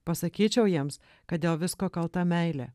pasakyčiau jiems kad dėl visko kalta meilė